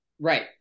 right